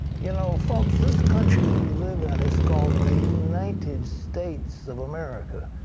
you know, folks, this country we live in is called the united states of america.